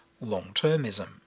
long-termism